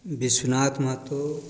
Vishwanath Mahto